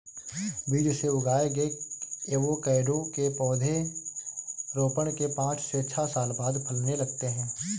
बीज से उगाए गए एवोकैडो के पौधे रोपण के पांच से छह साल बाद फलने लगते हैं